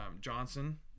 Johnson